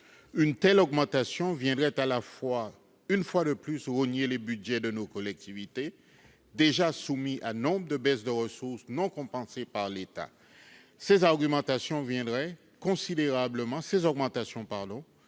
Une telle augmentation viendrait une fois de plus rogner les budgets de nos collectivités, déjà soumis à nombre de baisses de ressources non compensées par l'État. Elle menacerait considérablement